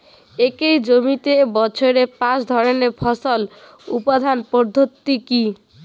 একই জমিতে বছরে পাঁচ ধরনের ফসল উৎপাদন পদ্ধতি কী?